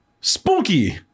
Spooky